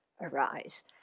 arise